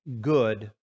good